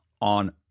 on